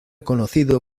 conocido